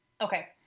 Okay